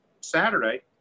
Saturday